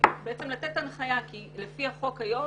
לתת הנחיה כי לפי החוק היום